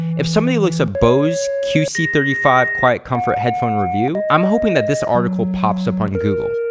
if somebody looks up bose q c three five quietcomfort headphone review, i'm hoping that this article pops up on google,